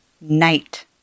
Night